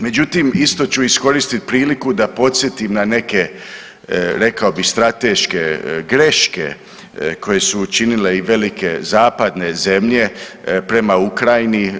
Međutim, isto ću iskoristiti priliku da podsjetim na neke rekao bih strateške greške koje su učinile i velike zapadne zemlje prema Ukrajini.